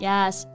Yes